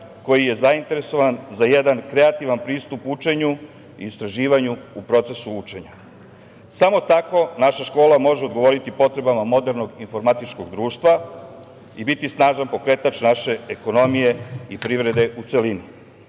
koji je zainteresovan za jedan kreativan pristup učenju, istraživanju u procesu učenja. Samo tako naša škola može odgovoriti potrebama modernog informatičkog društva i biti snažan pokretač naše ekonomije i privrede u celini. Zato